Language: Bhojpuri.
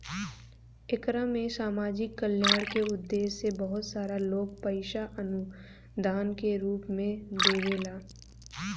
एकरा में सामाजिक कल्याण के उद्देश्य से बहुत सारा लोग पईसा अनुदान के रूप में देवेला